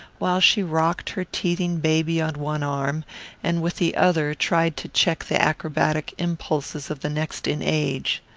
while she rocked her teething baby on one arm and with the other tried to check the acrobatic impulses of the next in age.